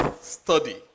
study